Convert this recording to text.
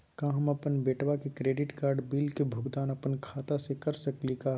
का हम अपन बेटवा के क्रेडिट कार्ड बिल के भुगतान अपन खाता स कर सकली का हे?